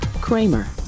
Kramer